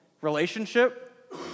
relationship